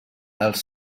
els